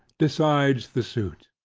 decides the suit.